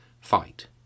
fight